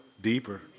Deeper